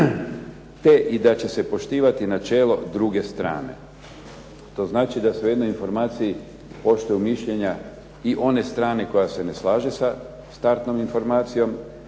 te i da će se poštivati načelo druge strane". To znači da se u jednoj informaciji poštuju mišljenja i one strane koja se ne slaže sa startnom informacijom,